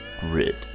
Grid